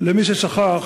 למי ששכח